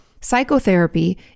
Psychotherapy